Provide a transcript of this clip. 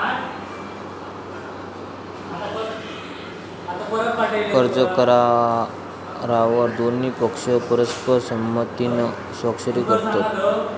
कर्ज करारावर दोन्ही पक्ष परस्पर संमतीन स्वाक्षरी करतत